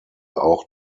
auch